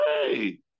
hey